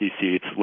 seats